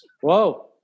Whoa